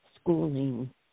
schooling